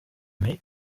mai